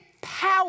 power